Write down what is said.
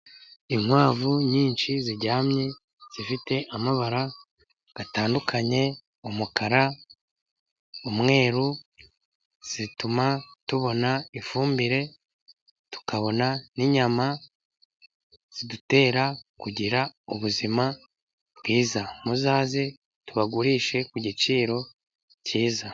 Inkwavu nyinshi ziryamye zifite amabara atandukanye, umukara n'umweru. Zituma tubona ifumbire, tukabona n'inyama zidutera kugira ubuzima bwiza . Muzaze tubagurishe ku giciro cyiza.